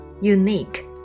Unique